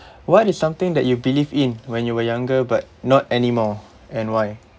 what is something that you believe in when you were younger but not anymore and why